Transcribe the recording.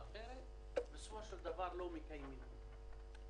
אחרת ובסופו של דבר לא מקיימים את ההבטחות.